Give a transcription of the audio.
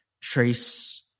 Trace